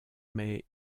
mais